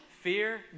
Fear